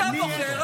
הינה, עכשיו בסדר?